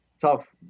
Tough